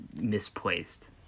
misplaced